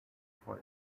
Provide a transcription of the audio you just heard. for